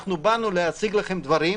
אנחנו באנו להציג לכם דברים,